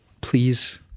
Please